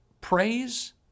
praise